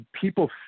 people